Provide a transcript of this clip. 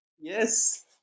Yes